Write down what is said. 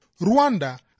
Rwanda